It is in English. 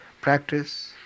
practice